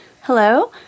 Hello